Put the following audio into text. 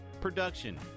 production